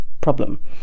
problem